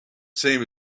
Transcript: same